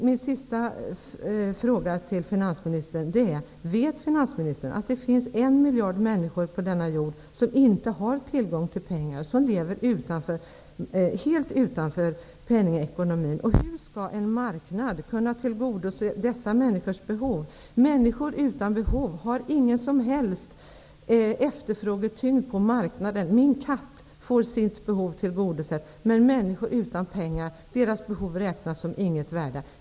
Min sista fråga till finansministern är: Vet finansministern att det finns en miljard människor på denna jord som inte har tillgång till pengar, som lever helt utanför penningekonomin? Hur skall en marknad kunna tillgodose dessa människors behov? Människor utan pengar har ingen som helst efterfrågetyngd på marknaden. Min katt får sitt behov tillgodosett, men människor utan pengar räknas som ingenting värda.